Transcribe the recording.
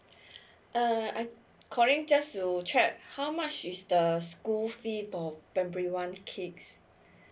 uh I'm calling just to check how much is the school fee for primary one kid